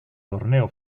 torneo